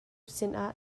sinah